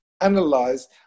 analyze